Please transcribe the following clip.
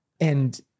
And-